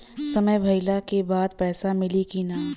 समय भइला के बाद पैसा मिली कि ना?